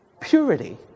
purity